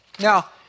Now